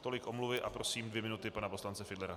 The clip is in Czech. Tolik omluvy a prosím dvě minuty pana poslance Fiedlera.